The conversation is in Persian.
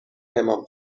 امام